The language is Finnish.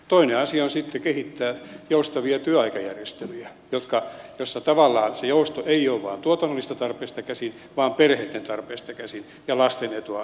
toinen asia on sitten kehittää joustavia työaikajärjestelyjä joissa tavallaan se jousto ei ole vain tuotannollisista tarpeista käsin vaan perheitten tarpeista käsin ja lasten etua ajatellen